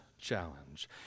challenge